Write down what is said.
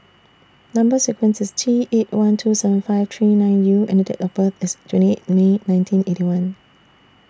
Number sequence IS T eight one two seven five three nine U and Date of birth IS twentieth May nineteen Eighty One